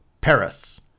Paris